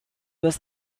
was